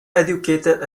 educated